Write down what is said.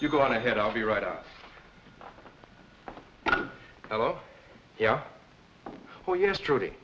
you go on ahead i'll be right out oh yeah well yesterday